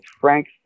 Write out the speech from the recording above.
Frank